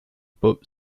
but